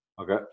Okay